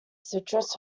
citrus